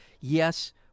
yes